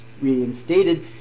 reinstated